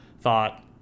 thought